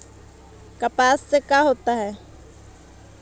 कपास से का होता है?